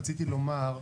רציתי לומר,